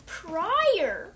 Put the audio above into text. prior